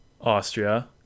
Austria